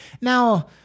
now